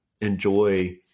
enjoy